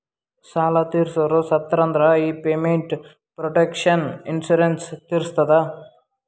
ಸಾಲಾ ತೀರ್ಸೋರು ಸತ್ತುರ್ ಅಂದುರ್ ಈ ಪೇಮೆಂಟ್ ಪ್ರೊಟೆಕ್ಷನ್ ಇನ್ಸೂರೆನ್ಸ್ ತೀರಸ್ತದ